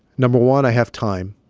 number one, i have time.